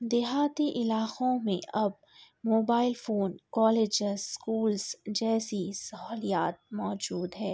دیہاتی علاقوں میں اب موبائل فون کالجز اسکولز جیسی سہولیات موجود ہے